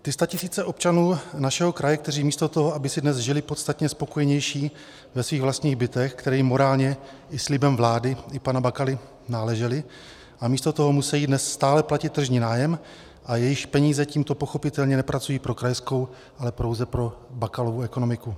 Ty statisíce občanů našeho kraje, kteří místo toho, aby si dnes žili podstatně spokojeněji ve svých vlastních bytech, které jim morálně i slibem vlády i pana Bakaly náležely, místo toho musí dnes stále platit tržní nájem a jejichž peníze tímto pochopitelně nepracují pro krajskou, ale pouze pro Bakalovu ekonomiku.